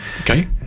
Okay